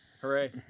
Hooray